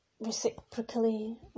reciprocally